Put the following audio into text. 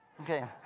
Okay